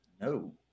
No